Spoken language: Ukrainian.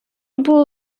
було